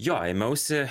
jo ėmiausi